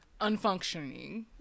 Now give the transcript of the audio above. unfunctioning